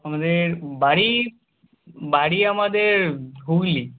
আমাদের বাড়ি বাড়ি আমাদের হুগলি